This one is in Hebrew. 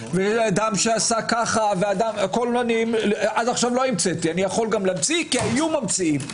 ואדם - עד עכשיו לא המצאתי אני יכול להמציא כי היו ממציאים.